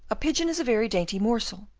a pigeon is a very dainty morsel,